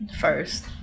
first